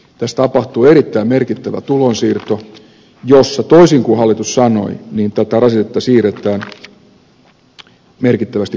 tässä tapahtuu erittäin merkittävä tulonsiirto jossa toisin kuin hallitus sanoi tätä rasitetta siirretään merkittävästi kotitalouksille